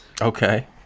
Okay